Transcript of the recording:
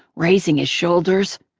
raising his shoulders.